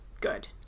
good